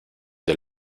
del